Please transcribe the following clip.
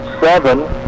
seven